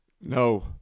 No